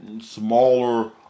smaller